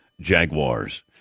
Jaguars